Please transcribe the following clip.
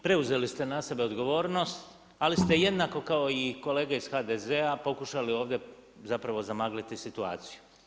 Preuzeli ste na sebe odgovornost ali ste jednako kao i kolege iz HDZ-a pokušali zapravo zamagliti situaciju.